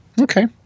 Okay